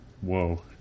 Whoa